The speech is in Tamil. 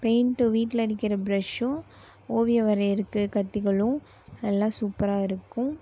பெயிண்ட்டு வீட்டில் அடிக்கிற பிரெஷ்ஷும் ஓவிய வரையிறதுக்கு கத்திகளும் எல்லாம் சூப்பராக இருக்கும்